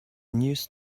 news